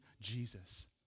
Jesus